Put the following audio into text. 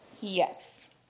Yes